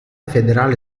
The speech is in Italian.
federale